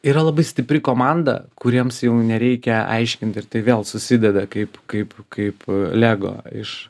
yra labai stipri komanda kuriems jau nereikia aiškinti ir tai vėl susideda kaip kaip kaip lego iš